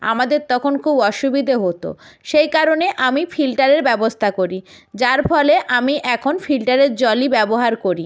আমাদের তখন খুব অসুবিধে হতো সেই কারণে আমি ফিল্টারের ব্যবস্থা করি যার ফলে আমি এখন ফিল্টারের জলই ব্যবহার করি